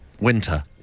Winter